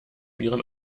ihren